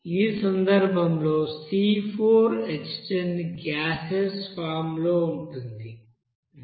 ఈ సందర్భంలో C4H10 gaseous form లో ఉంటుంది మరియు132